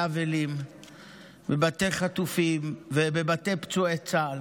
אבלים ובבתי חטופים ובבתי פצועי צה"ל.